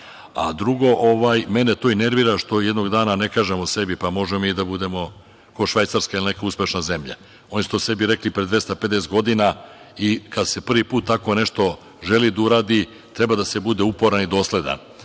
mene to i nervira što jednog dana ne kažemo sebi - pa, možemo mi da budemo ko Švajcarska ili neka uspešna zemlja. Oni su to sebi rekli pre 250 godina i kad se prvi put tako nešto želi da uradi, treba da se bude uporan i dosledan.